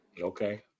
Okay